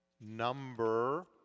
number